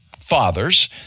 fathers